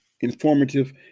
informative